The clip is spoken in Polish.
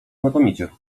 znakomicie